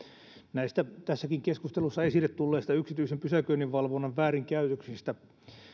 näistä tässäkin keskustelussa esille tulleista yksityisen pysäköinninvalvonnan väärinkäytöksistä